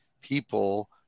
people